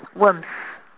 worms